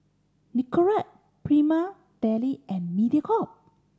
Nicorette Prima Deli and Mediacorp